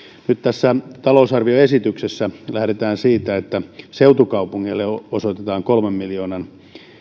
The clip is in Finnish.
nyt tässä talousarvioesityksessä lähdetään siitä että seutukaupungeille osoitetaan kolmen miljoonan